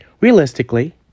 Realistically